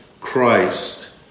Christ